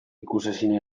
ikusezin